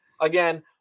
again